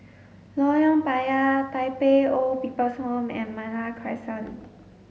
Lorong Payah Tai Pei Old People's Home and Malta Crescent